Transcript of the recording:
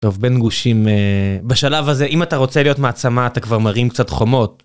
טוב בן גושים בשלב הזה אם אתה רוצה להיות מעצמה אתה כבר מרים קצת חומות.